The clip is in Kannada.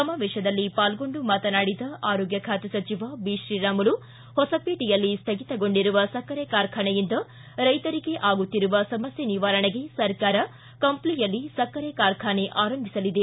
ಸಮಾವೇತದಲ್ಲಿ ಪಾಲ್ಗೊಂಡು ಮಾತನಾಡಿದ ಆರೋಗ್ನ ಬಾತೆ ಸಚಿವ ಬಿತ್ರೀರಾಮುಲು ಹೊಸಪೇಟೆಯಲ್ಲಿ ಸ್ಥಗಿತಗೊಡಿರುವ ಸಕ್ಕರೆ ಕಾರ್ಖಾನೆಯಿಂದ ರೈತರಿಗೆ ಆಗುತ್ತಿರುವ ಸಮಸ್ಥೆ ನಿವಾರಣೆಗೆ ಸರ್ಕಾರ ಕಂಜ್ಲಿಯಲ್ಲಿ ಸಕ್ಕರೆ ಕಾರ್ಖಾನೆ ಆರಂಭಿಸಲಿದೆ